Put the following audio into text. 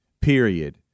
period